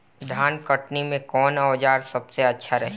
धान कटनी मे कौन औज़ार सबसे अच्छा रही?